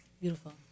beautiful